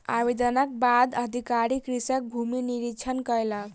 आवेदनक बाद अधिकारी कृषकक भूमि निरिक्षण कयलक